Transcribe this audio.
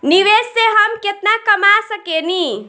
निवेश से हम केतना कमा सकेनी?